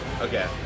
Okay